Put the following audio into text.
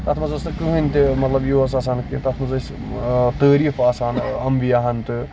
تَتھ منٛز اوس نہٕ کٔہٕنۍ تہِ مطلب یہِ اوس آسان مطلب تَتھ منٛز ٲسۍ تٲریٖف آسان اَمبِیا ہن تہٕ